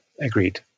agreed